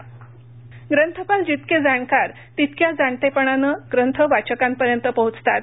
ग्रंथपाल ग्रंथपाल जितके जाणकार तितक्या जाणतेपणाने ग्रंथ वाचकांपर्यंत पोचतात